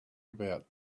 about